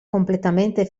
completamente